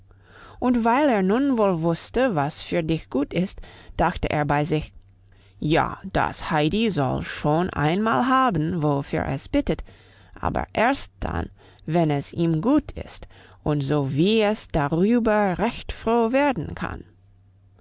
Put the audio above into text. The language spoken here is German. und weil er nun wohl wusste was für dich gut ist dachte er bei sich ja das heidi soll schon einmal haben wofür es bittet aber erst dann wenn es ihm gut ist und so wie es darüber recht froh werden kann